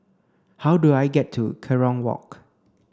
how do I get to Kerong Walk